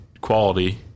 quality